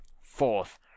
Fourth